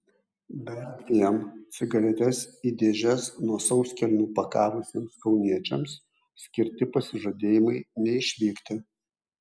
dar dviem cigaretes į dėžes nuo sauskelnių pakavusiems kauniečiams skirti pasižadėjimai neišvykti